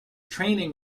training